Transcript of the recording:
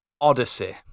odyssey